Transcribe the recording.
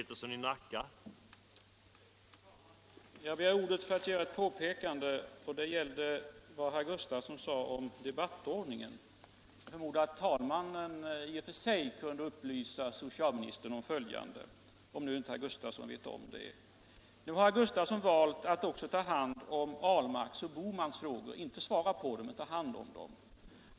Herr talman! Jag begärde ordet för att göra ett påpekande när det gäller vad herr Gustavsson sade om debattordningen. Jag förmodar att herr talmannen i och för sig kunde ha upplyst socialministern om följande, ifall herr Gustavsson nu inte vet om det. Herr Gustavsson har valt att också ta hand om herr Ahlmarks och herr Bohmans frågor — inte svara på dem, men ta hand om dem.